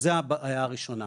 אז זו הבעיה הראשונה.